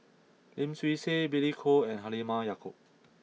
Lim Swee Say Billy Koh and Halimah Yacob